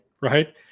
right